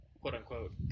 quote-unquote